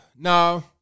No